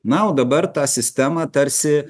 na o dabar tą sistemą tarsi